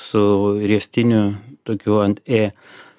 su riestiniu tokiu ant ė